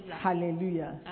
hallelujah